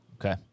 Okay